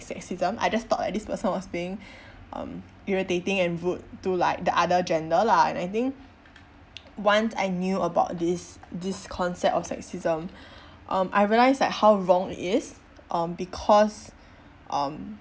sexism I just thought like this person was being um irritating and rude to like the other gender lah and I think once I knew about this this concept of sexism I realise like how wrong it is um because um